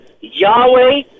Yahweh